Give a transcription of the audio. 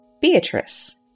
Beatrice